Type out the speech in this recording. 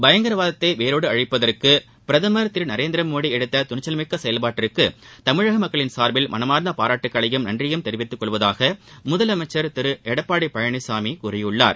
பயங்கரவாதத்தை வேரோடு அழிப்பதற்கு பிரதமர் திரு நரேந்திர மோடி எடுத்த துணிச்சல் மிக்க செயல்பாட்டிற்கு தமிழக மக்களின் சார்பில் மனமார்ந்த பாராட்டுக்களையும் நன்றியையும் தெரிவித்துக்கொள்வதாக முதலமைச்சர் திரு எடப்பாடி பழனிசாமி கூறியிருக்கிறார்